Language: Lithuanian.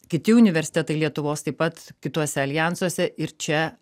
kiti universitetai lietuvos taip pat kituose aljansuose ir čia